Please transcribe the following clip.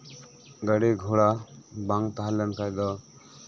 ᱜᱟᱹᱰᱤ ᱜᱷᱚᱲᱟ ᱵᱟᱝ ᱛᱟᱦᱮᱸ ᱞᱮᱱᱠᱷᱟᱱ ᱫᱚ